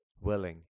Willing